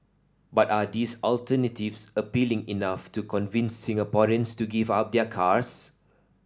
but are these alternatives appealing enough to convince Singaporeans to give up their cars